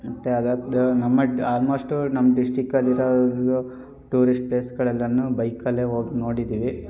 ಮತ್ತು ಅದಾದ ನಮ್ಮ ಆಲ್ಮೋಸ್ಟು ನಮ್ಮ ಡಿಸ್ಟಿಕಲ್ಲಿರೋ ಇದು ಟೂರಿಸ್ಟ್ ಪ್ಲೇಸ್ಗಳೆಲ್ಲನೂ ಬೈಕಲ್ಲೇ ಹೋಗ್ ನೋಡಿದ್ದೀವಿ